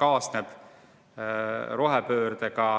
kaasneb rohepöördega